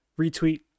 retweet